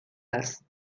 است